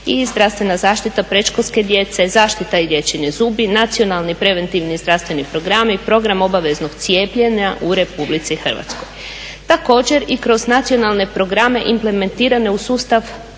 i zdravstvena zaštita predškolske djece, zaštite i liječenje zubi, nacionalni preventivni zdravstveni programi, program obaveznog cijepljenja u RH. Također i kroz nacionalne programe implementirane u sustav